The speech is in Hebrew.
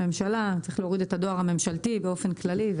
צריך להוריד את הדואר הממשלתי באופן כללי.